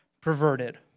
perverted